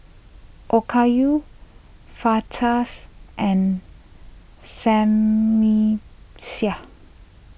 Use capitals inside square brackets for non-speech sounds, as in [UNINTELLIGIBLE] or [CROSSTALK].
Okayu Fajitas and Sammy [UNINTELLIGIBLE]